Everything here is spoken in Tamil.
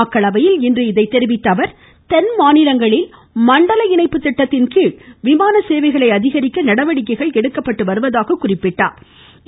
மக்களவையில் இன்று இதை தெரிவித்த அவர் தென் மாநிலங்களில் மண்டல இணைப்பு திட்டத்தின்கீழ் விமான சேவைகளை அதிகரிக்க நடவடிக்கைகள் எடுக்கப்பட்டு வருவதாக கூறினார்